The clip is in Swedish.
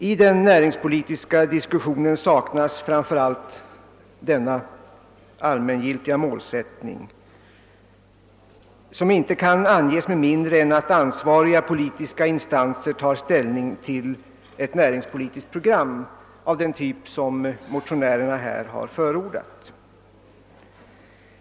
I den näringspolitiska diskussionen saknas framför allt denna allmängiltiga målsättning, som inte kan anges med mindre än att ansvariga politiska instanser tar ställning till ett näringspolitiskt program av den typ som motiovärerna här har förordat.